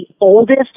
oldest